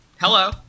Hello